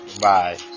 Bye